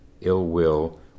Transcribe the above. ill-will